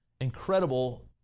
incredible